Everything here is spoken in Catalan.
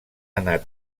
anat